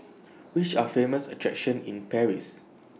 Which Are Famous attractions in Paris